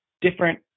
different